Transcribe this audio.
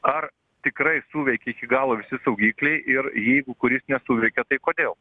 ar tikrai suveikė iki galo visi saugikliai ir jeigu kuris nesuveikė tai kodėl